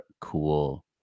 cool